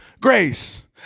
Grace